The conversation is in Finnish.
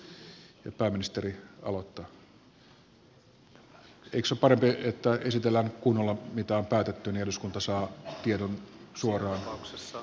eikös se ole parempi että esitellään nyt kunnolla mitä on päätetty niin että eduskunta saa tiedon suoraan